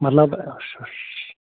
مطلب